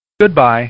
Goodbye